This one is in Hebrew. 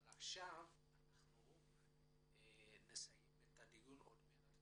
אבל עכשיו נסיים את הדיון עוד מעט.